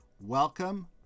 Welcome